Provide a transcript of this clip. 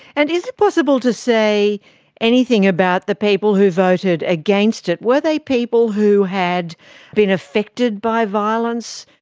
and is it possible to say anything about the people who voted against it? were they people who had been affected by violence,